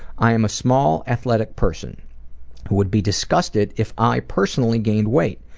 i am a small athletic person who would be disgusted if i personally gained weight.